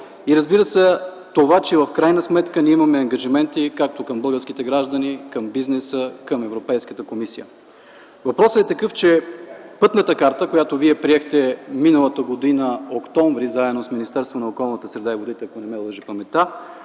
и, разбира се, това, че в крайна сметка ние имаме ангажименти както към българските граждани, към бизнеса, към Европейската комисия. Въпросът е такъв, че Пътната карта, която Вие приехте миналата година през м. октомври, заедно с Министерството на околната среда и водите, ако не ме лъже паметта,